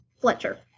Fletcher